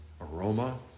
aroma